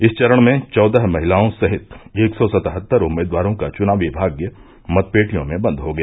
इस चरण में चौदह महिलाओं सहित एक सौ सतहत्तर उम्मीदवारों का चुनावी भाग्य मत पेटियों में बन्द हो गया